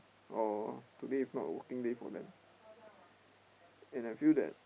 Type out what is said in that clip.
or today is not a working day for them and I feel that